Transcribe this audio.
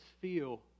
feel